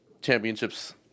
championships